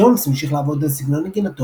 ג'ונס המשיך לעבוד על סגנון נגינתו